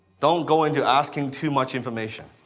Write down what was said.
don't go into asking too much information.